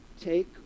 take